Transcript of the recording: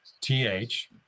T-H